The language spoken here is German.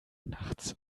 nachts